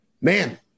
man